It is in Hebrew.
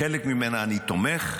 בחלק ממנה אני תומך,